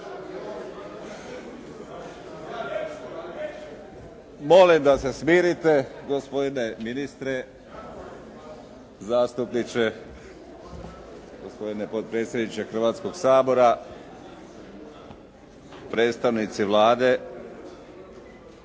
Molim da se smirite gospodine ministre, zastupniče. Gospodine potpredsjedniče Hrvatskoga sabora, predstavnici Vlade.